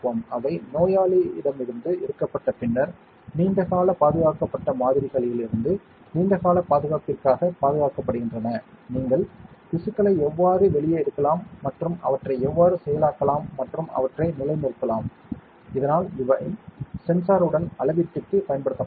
அவை நோயாளியிடமிருந்து எடுக்கப்பட்ட பின்னர் நீண்ட காலப் பாதுகாக்கப்பட்ட மாதிரிகளிலிருந்து நீண்ட காலப் பாதுகாப்பிற்காகப் பாதுகாக்கப்படுகின்றன நீங்கள் திசுக்களை எவ்வாறு வெளியே எடுக்கலாம் மற்றும் அவற்றை எவ்வாறு செயலாக்கலாம் மற்றும் அவற்றை நிலைநிறுத்தலாம் இதனால் அவை சென்சார் உடன் அளவீட்டுக்கு பயன்படுத்தப்படலாம்